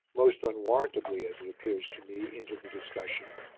most unwarrantably as it appears to me, into the discussion,